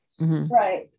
Right